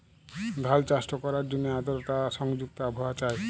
ধাল চাষট ক্যরার জ্যনহে আদরতা সংযুক্ত আবহাওয়া চাই